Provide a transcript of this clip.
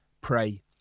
pray